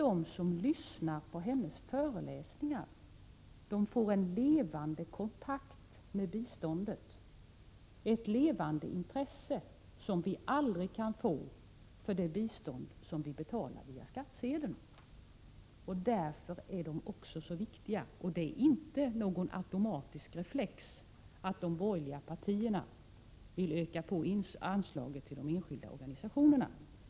De som lyssnar på Maja Tjellströms föreläsningar får en levande kontakt med biståndet, ett levande intresse som vi aldrig kan få för det bistånd som vi betalar via skattsedeln. Därför är dessa människor så viktiga. Det är inte någon automatisk reflex att de borgerliga partierna vill öka på anslagen till de enskilda organisationerna.